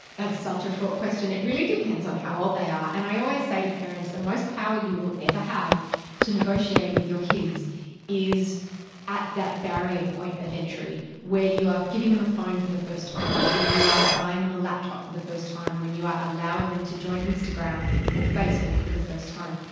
that's such a fraught question. it really depends on how old they are. and i always say to parents the most power you will ever have to negotiate with your kids is at that barrier point of entry where you are giving them a phone for the first time, when you are buying them a laptop for the first time, when you are allowing them to join instagram or facebook for the first time.